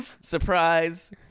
Surprise